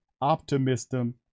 Optimism